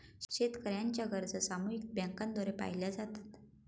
शेतकऱ्यांच्या गरजा सामुदायिक बँकांद्वारे पाहिल्या जातात